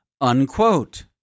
unquote